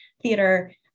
theater